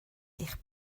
eich